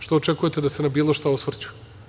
Šta očekuje da se na bilo šta osvrću.